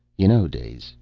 you know, daze,